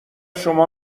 شما